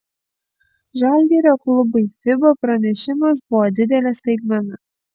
žalgirio klubui fiba pranešimas buvo didelė staigmena